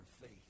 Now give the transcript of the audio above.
faith